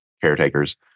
caretakers